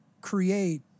create